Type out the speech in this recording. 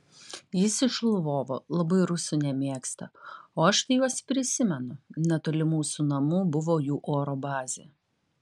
jis iš lvovo labai rusų nemėgsta o aš tai juos prisimenu netoli mūsų namų buvo jų oro bazė